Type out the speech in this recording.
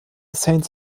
saints